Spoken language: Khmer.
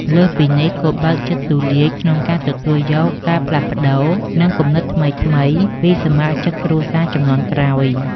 លើសពីនេះ គួរបើកចិត្តទូលាយក្នុងការ ទទួលយកការផ្លាស់ប្ដូរ និងគំនិតថ្មីៗ ពីសមាជិកគ្រួសារជំនាន់ក្រោយ។